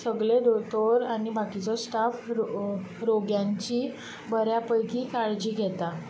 सगळे दोतोर आनी बाकीचो स्टाफ रोग्यांची बऱ्या पैकी काळजी घेता